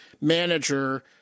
manager